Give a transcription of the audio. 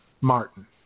Martin